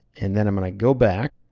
and then i'm gonna go back.